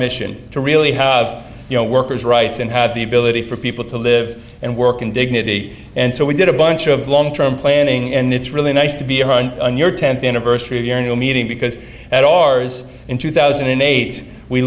mission to really have you know workers rights and have the ability for people to live and work in dignity and so we did a bunch of long term planning and it's really nice to be on your tenth anniversary of your new meeting because at ours in two thousand and eight we